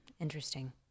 interesting